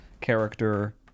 character